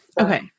Okay